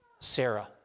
sarah